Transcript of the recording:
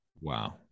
wow